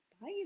bye